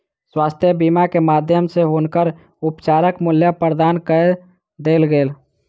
स्वास्थ्य बीमा के माध्यम सॅ हुनकर उपचारक मूल्य प्रदान कय देल गेल